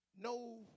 No